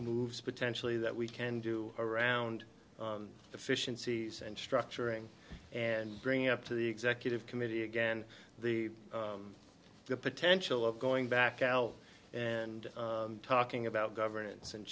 moves potentially that we can do around the fish and seize and structuring and bringing up to the executive committee again the potential of going back out and talking about governance and